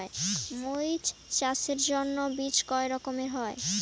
মরিচ চাষের জন্য বীজ কয় রকমের হয়?